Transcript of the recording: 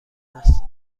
است